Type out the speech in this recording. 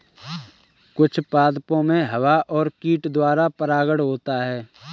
कुछ पादपो मे हवा और कीट द्वारा परागण होता है